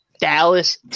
Dallas